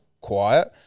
quiet